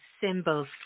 symbols